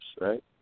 right